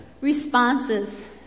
responses